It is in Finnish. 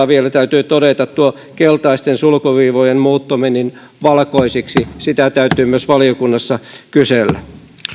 vielä täytyy todeta tuo keltaisten sulkuviivojen muuttuminen valkoisiksi sitä täytyy myös valiokunnassa kysellä